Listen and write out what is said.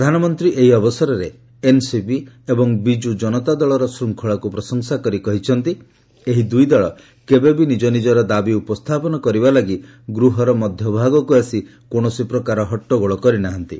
ପ୍ରଧାନମନ୍ତ୍ରୀ ଏହି ଅବସରରେ ଏନ୍ସିପି ଏବଂ ବିଜୁ ଜନତା ଦଳର ଶୃଙ୍ଖଳାକୁ ପ୍ରଶଂସା କରି କହିଛନ୍ତି ଯେ ଏହି ଦୁଇ ଦଳ କେବେ ବି ନିଜ ନିଜର ଦାବି ଉପସ୍ଥାପନ କରିବା ଲାଗି ଗୃହର ମଧ୍ୟଭାଗକୁ ଆସି କୌଣସି ପ୍ରକାର ହଟ୍ଟଗୋଳ କରିନାହାନ୍ତି